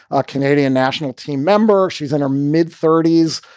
a canadian national team member. she's in her mid thirties,